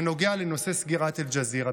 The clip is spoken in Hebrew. בנוגע לנושא סגירת אל-ג'זירה,